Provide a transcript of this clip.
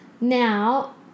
Now